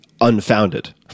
unfounded